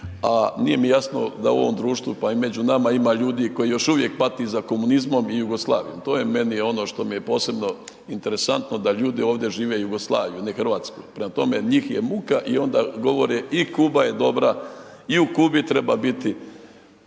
A nije mi jasno da u ovom društvu pa i među nama ima ljudi koji još uvijek pati za komunizmom i Jugoslavijom, to je meni ono što mi je posebno interesantno da ljudi ovdje žive Jugoslaviju a ne Hrvatsku. Prema tome, njih je muka, i onda govore i Kuba je dobra i u Kubi treba biti